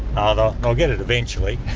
ah they'll they'll get it eventually.